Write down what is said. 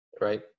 right